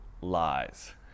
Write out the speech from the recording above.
lies